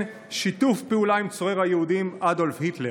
שיתוף פעולה עם צורר היהודים אדולף היטלר.